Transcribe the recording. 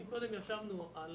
אם קודם ישבנו על